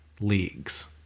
leagues